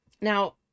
Now